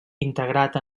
integrat